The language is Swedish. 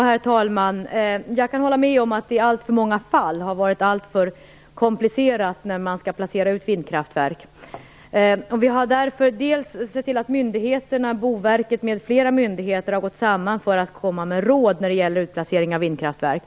Herr talman! Jag kan hålla med om att det i alltför många fall har varit alltför komplicerat att placera ut vindkraftverk. Vi har därför sett till att myndigheterna - Boverket m.fl. - gått samman för att komma med råd när det gäller utplaceringen av vindkraftverk.